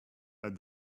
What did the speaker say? but